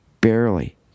Barely